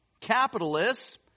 capitalists